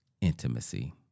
Intimacy